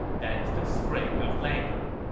that is the spring of languor.